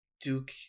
duke